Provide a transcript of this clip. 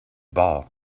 ball